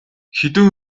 хэдэн